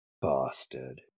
bastard